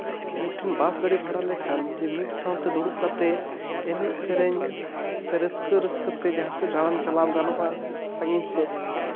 ᱢᱤᱫᱴᱮᱱ ᱵᱟᱥ ᱜᱟᱹᱰᱤ ᱵᱷᱟᱲᱟ ᱞᱮᱠᱷᱟᱱ ᱡᱮ ᱢᱤᱫ ᱥᱟᱶᱛᱮ ᱫᱩᱲᱩᱵ ᱠᱟᱛᱮᱫ ᱮᱱᱮᱡ ᱥᱮᱨᱮᱧ ᱥᱮ ᱨᱟᱹᱥᱠᱟᱹ ᱨᱟᱹᱥᱠᱟᱹ ᱛᱮ ᱡᱟᱦᱟᱸ ᱥᱮᱫ ᱫᱟᱬᱟᱱ ᱪᱟᱞᱟᱣ ᱜᱟᱱᱚᱜᱼᱟ ᱥᱟᱺᱜᱤᱧ ᱥᱮᱫ